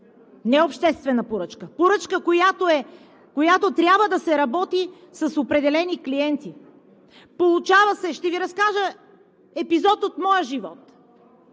не обществена поръчка, а поръчка, която трябва да се работи с определени клиенти, получава се. Ще Ви разкажа епизод от моя живот: